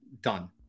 done